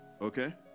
Okay